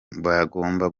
bagomba